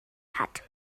hat